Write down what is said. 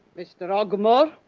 mr ogmore!